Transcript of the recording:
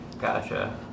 Gotcha